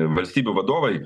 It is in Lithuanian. valstybių vadovai